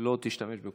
שלא תשתמש בכולן.